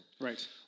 Right